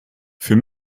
für